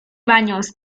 baños